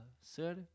sir